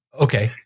Okay